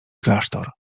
klasztor